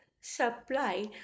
supply